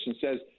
says –